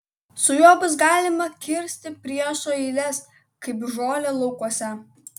su juo bus galima kirsti priešo eiles kaip žolę laukuose